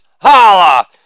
holla